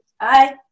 Bye